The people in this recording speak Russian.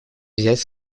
взять